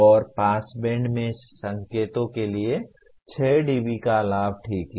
और pass band में संकेतों के लिए 6 डीबी का लाभ ठीक है